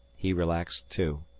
he relaxed, too.